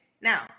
Now